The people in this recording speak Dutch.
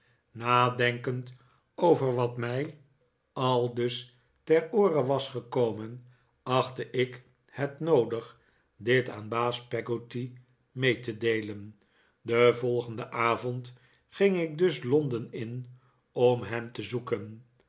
nadenkend over wat mij aldus ter oore was gekomen achtte ik het noodig dit aan baas peggotty mee te deelen den volgenden avond ging ik dus londen in om hem te zoeken